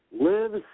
lives